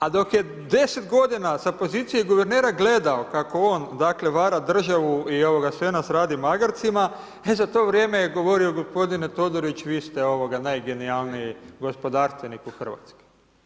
A dok je 10 godina sa pozicije guvernera gledao kako on vara državu i sve nas radi magarcima, e za to vrijeme je govorio gospodine Todorić vi ste najgenijalniji gospodarstvenik u Hrvatskoj.